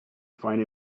find